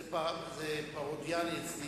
זה פרוידיאני אצלי,